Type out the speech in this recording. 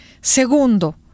Segundo